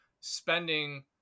spending